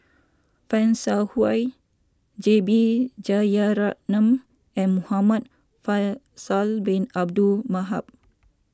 Fan Shao Hua J B Jeyaretnam and Muhamad Faisal Bin Abdul Manap